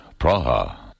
Praha